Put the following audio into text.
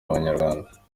abanyarwanda